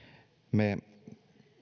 me